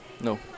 No